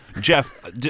Jeff